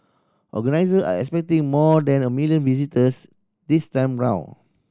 organiser are expecting more than a million visitors this time round